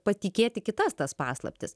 patikėti kitas tas paslaptis